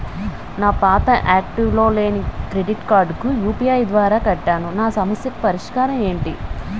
నా పాత యాక్టివ్ లో లేని క్రెడిట్ కార్డుకు యు.పి.ఐ ద్వారా కట్టాను నా సమస్యకు పరిష్కారం ఎంటి?